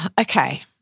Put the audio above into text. Okay